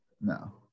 No